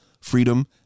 freedom